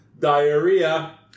Diarrhea